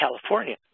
California